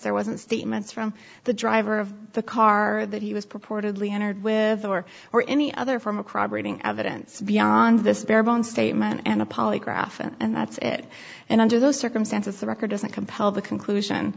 there wasn't statements from the driver of the car that he was purportedly entered with or or any other form of crime rating evidence beyond this bare bones statement and a polygraph and that's it and under those circumstances the record doesn't compel the conclusion